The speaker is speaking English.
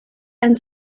and